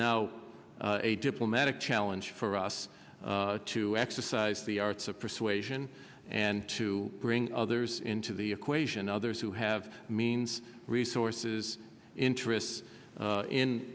now a diplomatic challenge for us to exercise the arts of persuasion and to bring others into the equation others who have means resources interests